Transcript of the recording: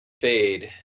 fade